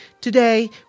Today